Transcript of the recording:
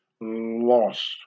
lost